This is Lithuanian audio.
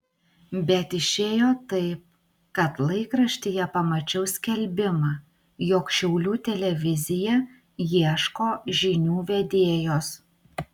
bet išėjo taip kad laikraštyje pamačiau skelbimą jog šiaulių televizija ieško žinių vedėjos